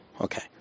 Okay